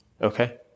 Okay